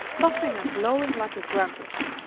puffing and blowing like a grampus!